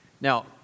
Now